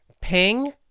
Ping